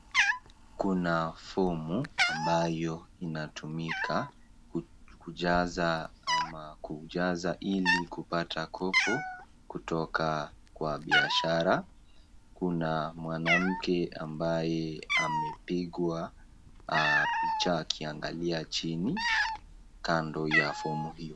Kuna fomu ambayo inatumika kujaza ilikupata kopo kutoka kwa biashara. Kuna mwanamke ambaye amepigwa picha akiangalia chini kando ya fomu hiyo.